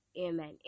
Amen